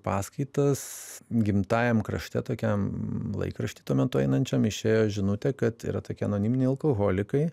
paskaitas gimtajam krašte tokiam laikrašty tuo metu einančiam išėjo žinutė kad yra tokie anoniminiai alkoholikai